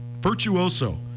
virtuoso